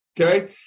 Okay